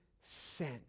sent